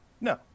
No